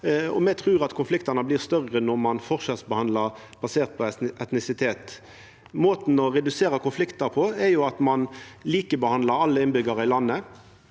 Me trur at konfliktane blir større når ein forskjellsbehandlar basert på etnisitet. Måten å redusera antalet konfliktar på er å likebehandla alle innbyggjarar i landet,